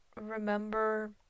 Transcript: remember